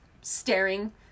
staring